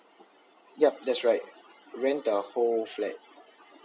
yup that's right rent the whole flat